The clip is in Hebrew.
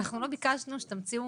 אנחנו לא ביקשנו שתמציאו